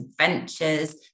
adventures